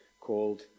called